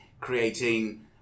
creating